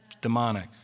Demonic